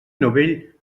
novell